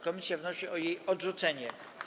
Komisja wnosi o jej odrzucenie.